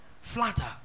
flatter